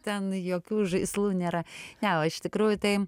ten jokių žaislų nėra ne o iš tikrųjų tai